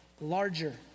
larger